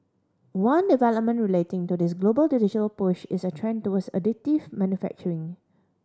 one development relating to this global digital push is a trend towards additive manufacturing